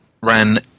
ran